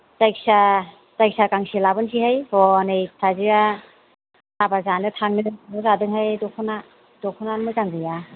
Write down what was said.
जायखिया जायखिया गांसे लाबोनैसैहाय हनै फिसाजोआ हाबा जानो थांनो नागेरदोंहाय दखना दख'ना मोजां गैया